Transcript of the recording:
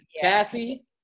Cassie